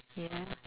you know